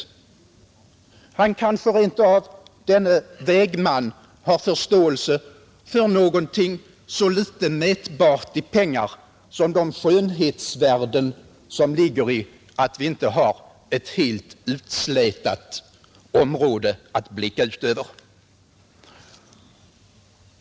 Vägingenjören har nog också förståelse för någonting i pengar så litet mätbart som de skönhetsvärden vilka ligger i att vi inte har ett helt utslätat område att blicka ut över.